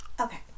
Okay